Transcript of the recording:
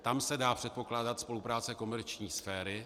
Tam se dá předpokládat spolupráce komerční sféry.